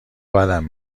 بدم